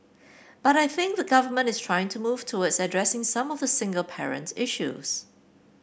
but I think the government is trying to move towards addressing some of the single parent issues